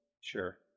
sure